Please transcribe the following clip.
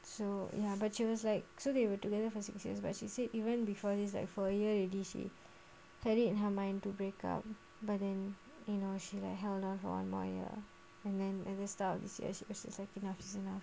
so ya but she was like so they were together for six years but she said even before this like for a year already she partly in her mind to break up but then you know she like held one for one more year and then at the start of this year she's like enough is enough